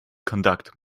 conduct